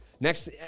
Next